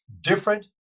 different